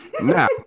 Now